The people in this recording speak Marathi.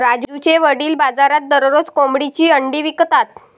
राजूचे वडील बाजारात दररोज कोंबडीची अंडी विकतात